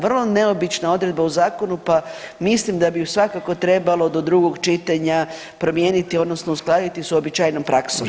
Vrlo neobična odredba u zakonu, pa mislim da bi ju svakako trebalo do drugog čitanja promijeniti odnosno uskladiti sa uobičajenom praksom.